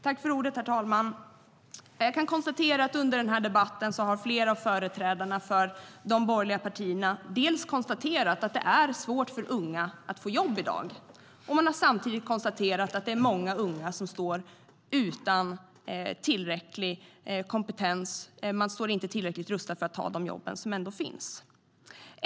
Herr talman! Jag kan konstatera att under den här debatten har flera av företrädarna för de borgerliga partierna konstaterat dels att det är svårt för unga att få jobb i dag, dels att det är många unga som står utan tillräcklig kompetens. De är inte tillräckligt rustade för att ta de jobb som finns.